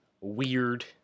weird